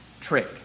trick